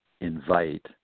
invite